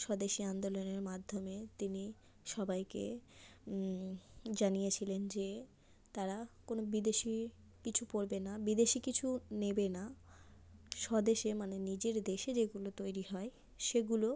স্বদেশী আন্দোলনের মাধ্যমে তিনি সবাইকে জানিয়েছিলেন যে তারা কোনো বিদেশি কিছু পরবে না বিদেশি কিছু নেবে না স্বদেশে মানে নিজের দেশে যেগুলো তৈরি হয় সেগুলো